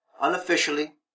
Unofficially